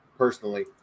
personally